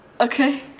Okay